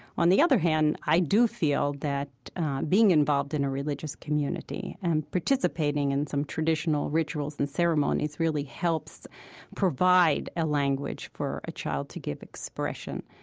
on the other hand, i do feel that being involved in a religious community and participating in some traditional rituals and ceremonies really helps provide a language for a child to give expression.